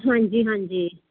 ਹਾਂਜੀ ਹਾਂਜੀ